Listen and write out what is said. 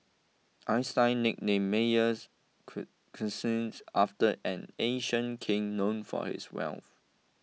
Einstein nicknamed Meyers Croesus after an ancient king known for his wealth